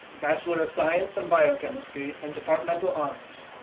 bachelor of science in biochemistry and departmental honors.